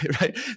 right